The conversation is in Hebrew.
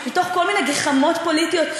מתוך כל מיני גחמות פוליטיות,